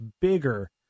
bigger